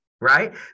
right